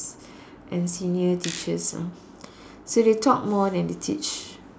and senior teacher ah so they talk more than they teach